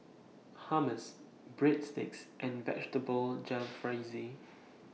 Hummus Breadsticks and Vegetable Jalfrezi